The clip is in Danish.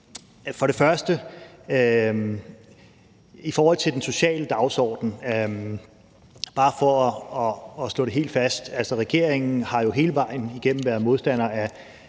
gælder først i forhold til den sociale dagsorden – bare for at slå det helt fast – at regeringen jo hele vejen igennem har været modstander af